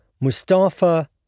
Mustafa